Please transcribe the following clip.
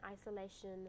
isolation